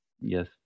Yes